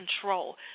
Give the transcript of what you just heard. control